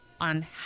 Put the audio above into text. on